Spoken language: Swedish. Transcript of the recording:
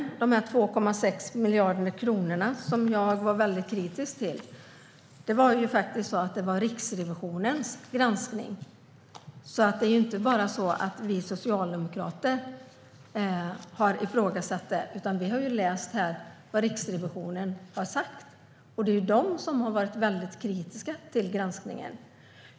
De 2,6 miljarderna som jag var väldigt kritisk till fanns med i Riksrevisionens granskning. Det är inte bara vi socialdemokrater som har ifrågasatt detta, utan vi har läst vad Riksrevisionen har sagt. Det är ju Riksrevisionen som har varit väldigt kritisk i sin granskning.